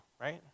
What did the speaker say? right